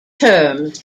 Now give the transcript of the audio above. terms